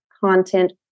content